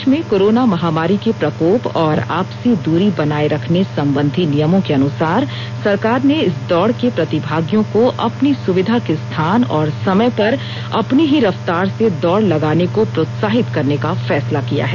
देश में कोरोना महामारी के प्रकोप और आपसी दूरी बनाए रखने संबंधी नियमों के अनुसार सरकार ने इस दौड़ के प्रतिभागियों को अपनी सुविधा के स्थान और समय पर अपनी ही रफ्तार से दौड़ लगाने को प्रोत्साहित करने का फैसला किया है